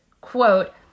quote